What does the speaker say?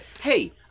hey